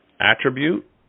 attribute